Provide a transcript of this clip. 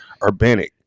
Urbanic